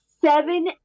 seven